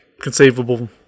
conceivable